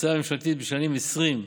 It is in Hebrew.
ההוצאה הממשלתית בשנים 2020